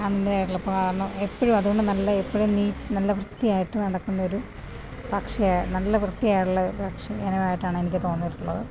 അതിൻ്റെതായിട്ടുള്ള എപ്പോഴും അതുതൊണ്ട് നല്ല എപ്പോഴും നീറ്റ് നല്ല വൃത്തിയായിട്ട് നടക്കുന്ന ഒരു പക്ഷിയാ നല്ല വൃത്തിയായിട്ടുള്ള ഒരു പക്ഷി ഇനമായിട്ടാണ് എനിക്ക് തോന്നിയിട്ടുള്ളത്